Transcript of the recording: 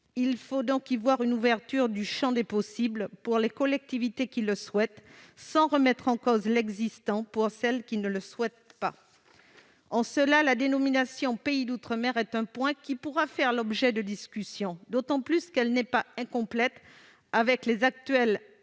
Il faut donc y voir une ouverture du champ des possibles pour les collectivités qui le souhaitent, sans remise en cause de l'existant pour celles qui ne le souhaitent pas. En cela, la dénomination de pays d'outre-mer est un point qui pourra faire l'objet de discussions, d'autant qu'elle n'est pas incompatible avec les actuelles